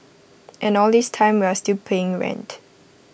and all this time we are still paying rent